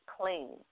clean